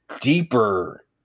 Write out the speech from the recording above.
deeper